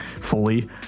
fully